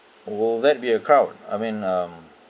would that be a crowd I mean um